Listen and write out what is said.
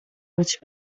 much